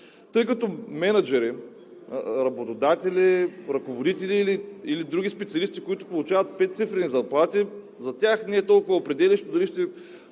тъй като мениджъри, работодатели, ръководители или други специалисти, които получават 5-цифрени заплати, за тях не е толкова определящо дали ще